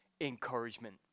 encouragement